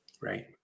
right